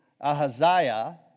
Ahaziah